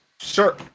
Sure